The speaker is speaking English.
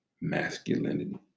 masculinity